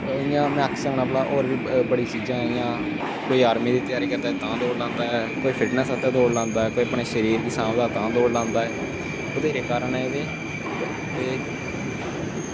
ते इ'यां में आक्खी सकना की जि'यां होर बी बड़ी चीज़ां हियां कोई आर्मी दी त्यारी करने ताहीं दौड़ लांदा ऐ कोई फिटनेस आस्तै लांदा तों कोई अपने शरीर आस्तै लांदा ऐ बत्हेरे कारण न एह्दे